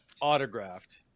autographed